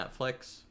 netflix